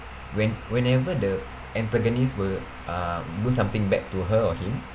when~ whenever the antagonists were uh do something bad to her or him